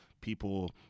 people